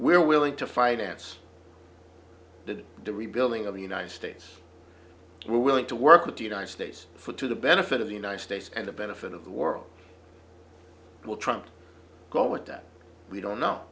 we're willing to finance the rebuilding of the united states we're willing to work with the united states for to the benefit of the united states and the benefit of the world we're trying to go with that we don't know